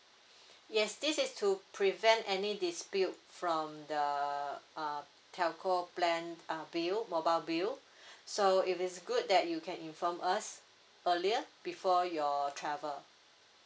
yes this is to prevent any dispute from the uh telco plan uh bill mobile bill so if it's good that you can inform us earlier before your travel